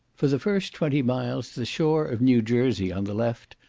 for the first twenty miles the shore of new jersey, on the left,